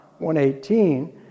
118